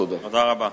תודה.